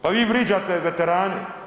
Pa vi vrijeđate veterane.